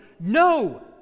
no